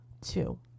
two